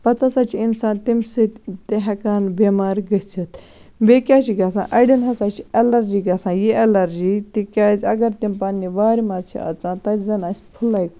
پَتہٕ ہَسا چھُ اِنسان تمہِ سۭتۍ تہِ ہیٚکان بیٚمار گٔژھِتھ بیٚیہِ کیاہ چھُ گَژھان اَڑٮ۪ن ہَسا چھِ ایٚلَرجی گَژھان یہِ ایٚلَرجی تکیاز اگر تِم پَننہِ وارِ مَنٛز چھِ اَژان تَتہِ زَن آسہِ پھٕلاے